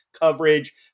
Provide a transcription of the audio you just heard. coverage